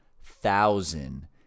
thousand